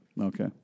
Okay